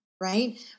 Right